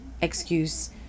excuse